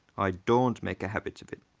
i don't make a habit of it.